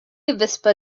avispa